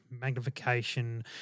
magnification